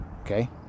okay